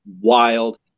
wild